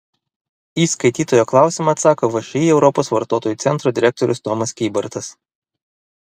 į skaitytojo klausimą atsako všį europos vartotojų centro direktorius tomas kybartas